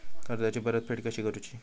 कर्जाची परतफेड कशी करूची?